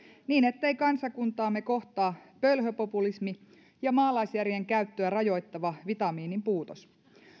niin ettei kansakuntaamme kohtaa pölhöpopulismi ja maalaisjärjen käyttöä rajoittava vitamiininpuutos